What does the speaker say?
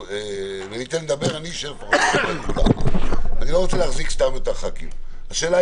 אני לא רוצה להחזיק סתם את הח"כים: השאלה היא